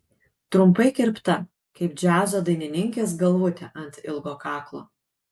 trumpai kirpta kaip džiazo dainininkės galvutė ant ilgo kaklo